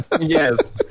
yes